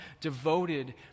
devoted